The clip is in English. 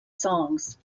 songs